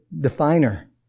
definer